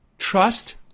Trust